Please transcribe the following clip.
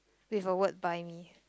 with a word buy me